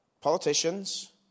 politicians